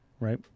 right